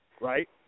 right